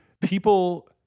people